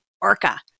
orca